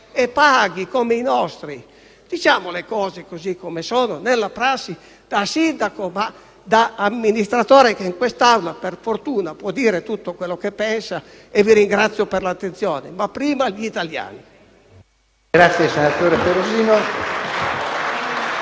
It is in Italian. allora, come i nostri. Diciamo le cose così come sono, come prassi da sindaco e da amministratore che in quest'Aula, per fortuna, può dire tutto quello che pensa. Vi ringrazio per l'attenzione, ma prima gli italiani. *(Applausi